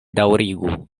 daŭrigu